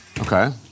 Okay